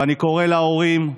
ואני קורא להורים,